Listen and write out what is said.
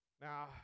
Now